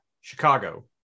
chicago